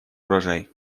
урожай